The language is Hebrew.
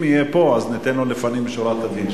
אם הוא יהיה פה ניתן לו לפנים משורת הדין,